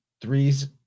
threes